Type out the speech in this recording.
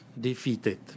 defeated